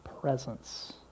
presence